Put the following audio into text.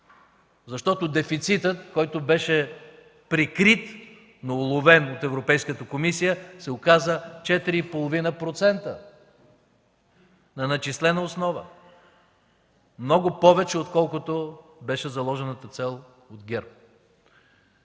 защото дефицитът, който беше прикрит, но уловен от Европейската комисия, се оказа 4,5% на начислена основа! Много повече, отколкото беше заложената цел от ГЕРБ.